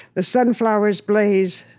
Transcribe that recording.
the sunflowers blaze,